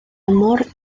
amor